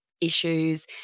issues